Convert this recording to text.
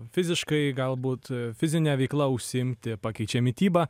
fiziškai galbūt fizine veikla užsiimti pakeičia mitybą